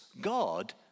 God